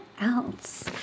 else